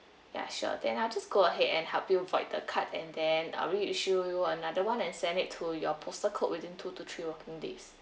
ya sure then I'll just go ahead and help you void the card and then err reissue you another one and send it to your postal code within two to three working days